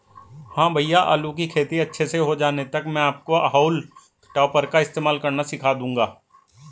हां भैया आलू की खेती अच्छे से हो जाने तक मैं आपको हाउल टॉपर का इस्तेमाल करना सिखा दूंगा